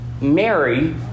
Mary